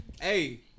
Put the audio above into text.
Hey